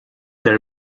their